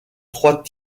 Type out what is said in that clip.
trois